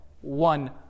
one